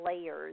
layers